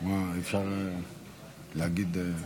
נמתין לו, ליושב-ראש ועדת חוקה.